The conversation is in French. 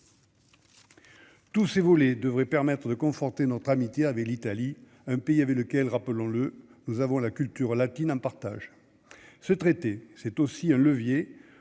Tous ces vols et devrait permettre de conforter notre amitié avec l'Italie, un pays avec lequel, rappelons-le, nous avons la culture latine un partage ce traité, c'est aussi un levier